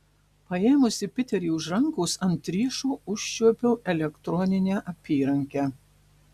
paėmusi piterį už rankos ant riešo užčiuopiau elektroninę apyrankę